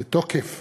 בתוקף